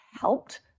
helped